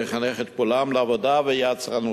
ויחנך את כולם לעבודה ויצרנות.